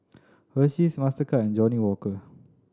Hersheys Mastercard and Johnnie Walker